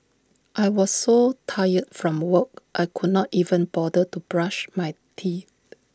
I was so tired from work I could not even bother to brush my teeth